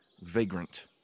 vagrant